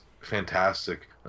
fantastic